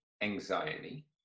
anxiety